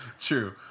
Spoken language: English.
True